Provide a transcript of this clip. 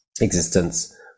existence